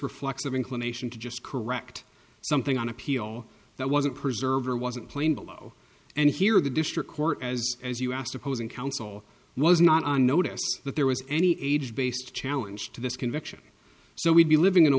reflexive inclination to just correct something on appeal that wasn't preserver wasn't plain below and here the district court as as you asked opposing counsel was not on notice that there was any age based challenge to this conviction so we'd be living in a